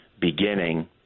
beginning